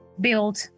build